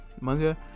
manga